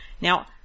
Now